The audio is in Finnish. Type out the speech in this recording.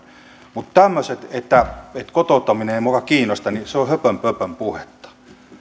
mutta tämmöiset että kotouttaminen ei muka kiinnosta se on höpönpöpön puhetta